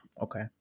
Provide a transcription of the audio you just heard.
Okay